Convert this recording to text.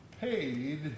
paid